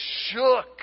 shook